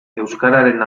euskararen